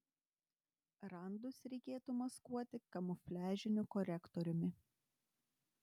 randus reikėtų maskuoti kamufliažiniu korektoriumi